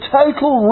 total